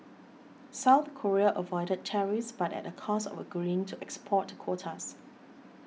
South Korea avoided tariffs but at a cost of agreeing to export quotas